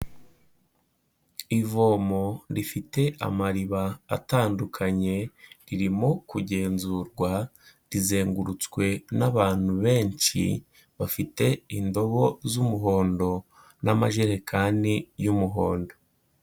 Ivomo rifite amariba atandukanye ririmo kugenzurwa, rizengurutswe n'abantu benshi bafite indobo z'umuhondo n'amajerekani y'umuhondo.